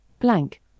blank